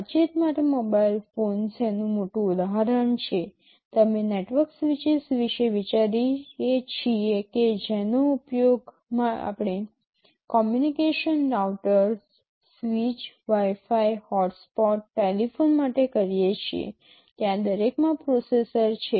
વાતચીત માટે mobile phones એનું મોટું ઉદાહરણ છે તમે નેટવર્ક સ્વીચીસ વિશે વિચારીએ છીએ કે જેનો ઉપયોગ આપણે communication routers switch wifi hotspots telephone માટે કરીએ છીએ ત્યાં દરેકમાં પ્રોસેસર છે